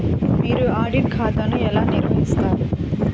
మీరు ఆడిట్ ఖాతాను ఎలా నిర్వహిస్తారు?